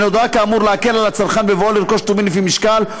שנועדה כאמור להקל על הצרכן בבואו לרכוש טובין לפי משקל,